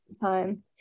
time